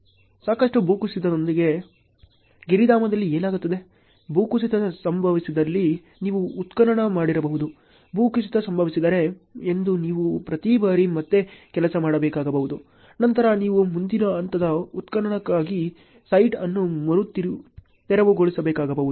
ಸಾಕಷ್ಟು ಭೂಕುಸಿತದೊಂದಿಗೆ ಗಿರಿಧಾಮದಲ್ಲಿ ಏನಾಗುತ್ತದೆ ಭೂಕುಸಿತ ಸಂಭವಿಸಿದಲ್ಲಿ ನೀವು ಉತ್ಖನನ ಮಾಡಿರಬಹುದು ಭೂಕುಸಿತ ಸಂಭವಿಸಿದೆ ಎಂದು ನೀವು ಪ್ರತಿ ಬಾರಿ ಮತ್ತೆ ಕೆಲಸ ಮಾಡಬೇಕಾಗಬಹುದು ನಂತರ ನೀವು ಮುಂದಿನ ಹಂತದ ಉತ್ಖನನಕ್ಕಾಗಿ ಸೈಟ್ ಅನ್ನು ಮರು ತೆರವುಗೊಳಿಸಬೇಕಾಗಬಹುದು